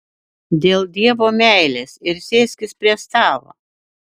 dėl dievo meilės ir sėskis prie stalo